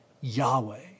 Yahweh